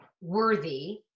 worthy